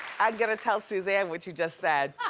i gonna tell suzanne what you just said.